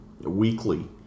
weekly